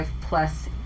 plus